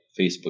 Facebook